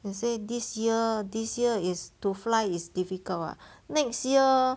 they say this year this year is to fly is difficult [what] next year